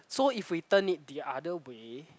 so if we turn it the other way